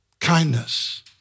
kindness